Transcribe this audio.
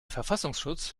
verfassungsschutz